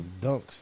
Dunks